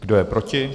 Kdo je proti?